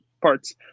parts